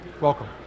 welcome